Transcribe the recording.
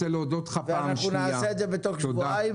אני מבטיחה לך בצורה חד-משמעית שלא ייפגעו.